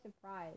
surprise